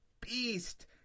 beast